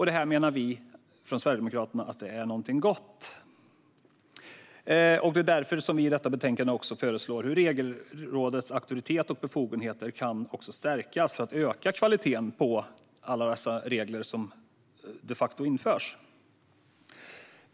Detta menar vi sverigedemokrater är något gott, och det är därför som vi i detta betänkande föreslår hur Regelrådets auktoritet och befogenheter också kan stärkas för att öka kvaliteten på alla dessa regler som de facto införs.